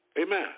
Amen